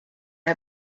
and